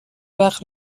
وقت